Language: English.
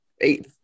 Eight